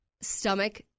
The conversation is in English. stomach